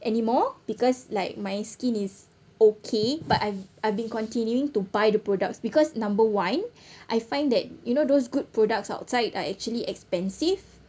anymore because like my skin is okay but I've I've been continuing to buy the products because number one I find that you know those good products outside are actually expensive